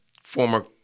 former